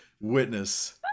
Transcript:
witness